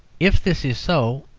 if this is so,